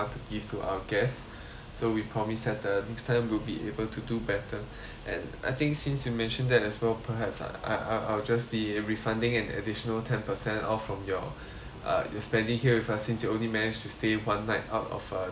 so we promise that the next time will be able to do better and I think since you mentioned that as well perhaps ah I I will just be refunding an additional ten percent off from your uh your spending here with us since you only managed to stay one night out of uh the three nights that you booked